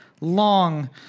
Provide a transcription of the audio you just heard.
long